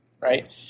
right